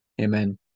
Amen